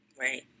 Right